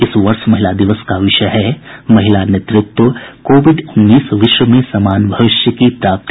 इस वर्ष महिला दिवस का विषय है महिला नेतृत्वः कोविड उन्नीस विश्व में समान भविष्य की प्राप्ति